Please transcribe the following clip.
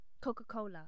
coca-cola